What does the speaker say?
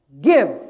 give